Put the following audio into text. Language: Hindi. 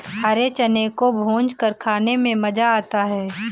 हरे चने को भूंजकर खाने में मज़ा आता है